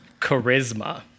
charisma